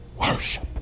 worship